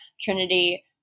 Trinity